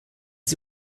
sie